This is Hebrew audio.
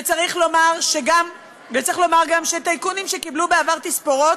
וצריך לומר גם שטייקונים שקיבלו בעבר תספורות,